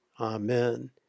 Amen